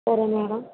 సరే మేడమ్